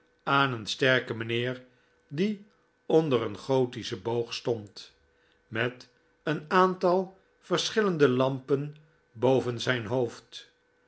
aan een sterken mijnheer die onder een gothischen boog stond met een aantal verschillende lampen boven zijn hoofd